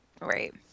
right